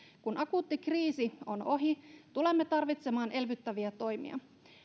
kun akuutti kriisi on ohi tulemme tarvitsemaan elvyttäviä toimia